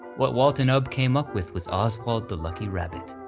what walt and ub came up with was oswald the lucky rabbit.